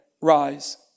rise